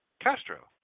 Castro